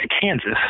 Kansas